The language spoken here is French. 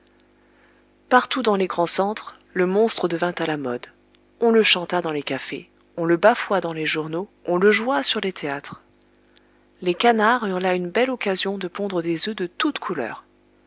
partout dans les grands centres le monstre devint à la mode on le chanta dans les cafés on le bafoua dans les journaux on le joua sur les théâtres les canards eurent là une belle occasion de pondre des oeufs de toute couleur